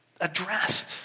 addressed